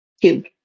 cube